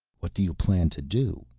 what do you plan to do?